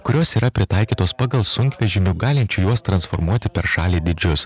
kurios yra pritaikytos pagal sunkvežimių galinčių juos transformuoti per šalį dydžius